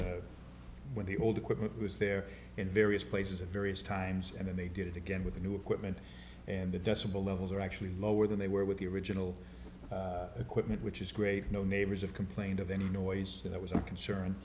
when the old equipment was there in various places at various times and then they did it again with the new equipment and the decibel levels are actually lower than they were with the original equipment which is great no neighbors have complained of any noise that was a concern